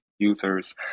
users